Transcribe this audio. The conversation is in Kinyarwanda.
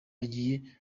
agiye